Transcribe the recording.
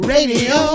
Radio